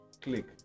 click